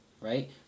right